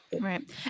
Right